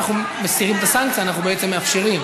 משיב על ההצעה שר הבריאות הרב יעקב